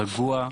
רגוע,